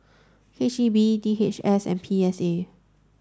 H E B D H S and P S A